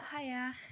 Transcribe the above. Hiya